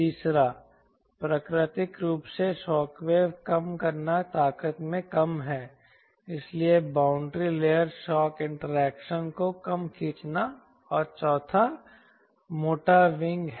तीसरा प्राकृतिक रूप से शॉक वेव कम करना ताकत में कम है इसलिए बाउंड्री लेयर शॉक इंटरैक्शन को कम खींचना और चौथा मोटा विंग है